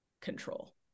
control